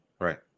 Right